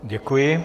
Děkuji.